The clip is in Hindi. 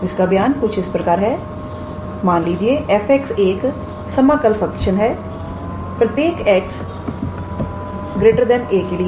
तो इसका बयान कुछ इस प्रकार है मान लीजिए f एक समाकल फंक्शन है प्रत्येक 𝑥 𝑎के लिए